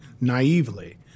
naively